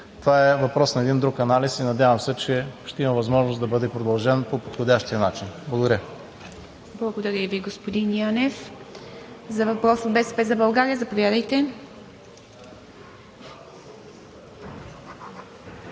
Това е въпрос на един друг анализ и се надявам, че ще има възможност да бъде продължен по подходящия начин. Благодаря. ПРЕДСЕДАТЕЛ ИВА МИТЕВА: Благодаря Ви, господин Янев. За въпрос от „БСП за България“ – заповядайте.